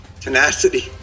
tenacity